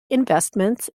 investments